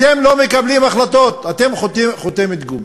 אתם לא מקבלים החלטות, אתם חותמת גומי.